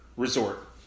resort